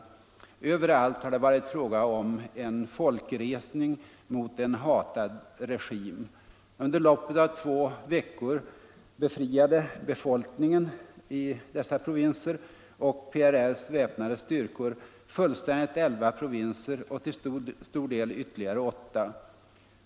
Överallt har det varit fråga om en folkresning mot en hatad regim. Under loppet av två veckor befriade befolkningen och PRR:s väpnade styrkor fullständigt elva provinser och till stor del ytterligare åtta.